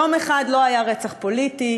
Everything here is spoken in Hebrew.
יום אחד לא היה רצח פוליטי,